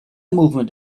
movement